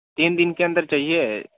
تین دن کے اندر چاہیے